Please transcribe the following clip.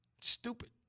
stupid